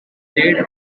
laid